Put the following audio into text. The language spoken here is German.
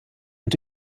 und